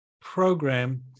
program